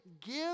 give